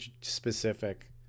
specific